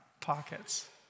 pockets